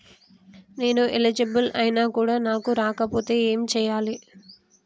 నేను ఎలిజిబుల్ ఐనా కూడా నాకు రాకపోతే ఏం చేయాలి?